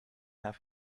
have